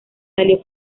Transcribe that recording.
salió